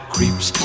Creeps